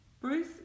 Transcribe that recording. Bruce